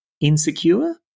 insecure